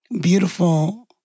beautiful